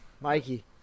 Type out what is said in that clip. Mikey